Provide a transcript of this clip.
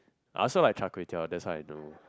I also like char-kway-teow that's why I know